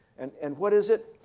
and and what is it?